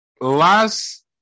Last